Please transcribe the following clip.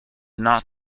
not